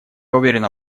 уверена